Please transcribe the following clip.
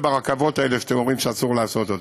וברכבות האלה שאתם אומרים שאסור לעשות אותם.